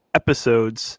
episodes